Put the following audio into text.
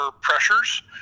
pressures